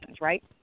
right